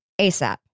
ASAP